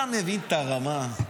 אתה מבין את הרמה?